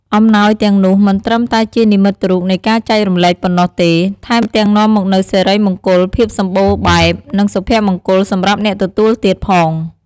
អំណោយទាំងនោះមិនត្រឹមតែជានិមិត្តរូបនៃការចែករំលែកប៉ុណ្ណោះទេ ថែមទាំងនាំមកនូវសិរីមង្គល ភាពសម្បូរបែប និងសុភមង្គលសម្រាប់អ្នកទទួលទៀតផង។